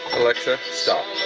alexa stop